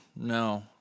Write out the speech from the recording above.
no